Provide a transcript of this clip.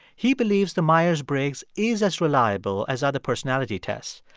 he believes the myers-briggs is as reliable as other personality tests.